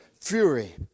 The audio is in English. fury